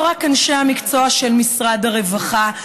לא רק אנשי המקצוע של משרד הרווחה,